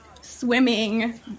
swimming